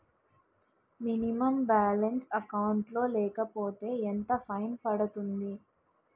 Minimum balance account లో లేకపోతే ఎంత ఫైన్ పడుతుంది?